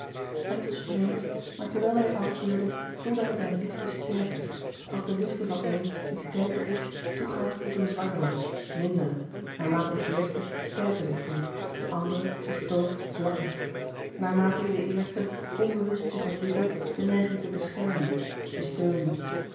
en het was vreemd maar terwijl hij afkeurde voelde hij zijne liefde sterker als de liefde van een die sterker is toegaat tot een zwakkere mindere naarmate de eerste sterker zich voelt de andere zich toont zwakker naarmate in den eerste onbewust zich ontwikkelt de neiging te beschermen te steunen